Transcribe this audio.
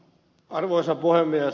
arvoisa puhemies